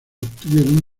obtuvieron